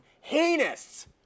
heinous